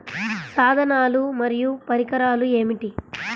సాధనాలు మరియు పరికరాలు ఏమిటీ?